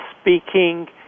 speaking